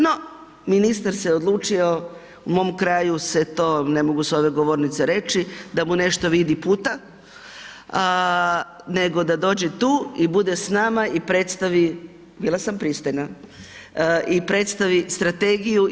No, ministar se odlučio u mom kraju se to, ne mogu s ove govornice reći, da mu nešto vidi puta, nego da dođe tu i bude s nama i predstavi, bila sam pristojna, i predstavi strategiju.